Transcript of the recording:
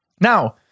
Now